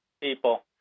people